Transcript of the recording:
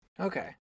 Okay